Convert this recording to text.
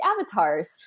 avatars